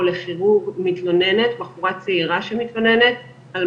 אני שומעת המון מחקרים והמון דיבורים על סרטן שד